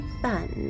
fun